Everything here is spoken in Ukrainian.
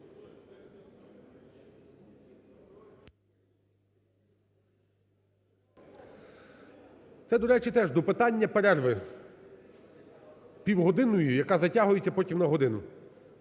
Це, до речі, теж до питання перерви, півгодинної, яка затягується потім на годину,